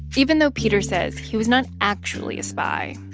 even though peter says he was not actually a spy,